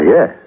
Yes